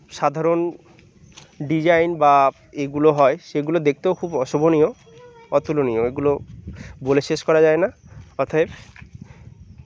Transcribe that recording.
সাধারণ ডিজাইন বা এগুলো হয় সেগুলো দেখতেও খুব অ শোভনীয় অতুলনীয় এগুলো বলে শেষ করা যায় না অতএব